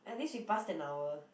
at least we passed an hour